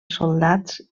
soldats